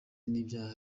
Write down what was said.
n’ibyaha